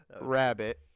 Rabbit